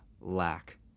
lack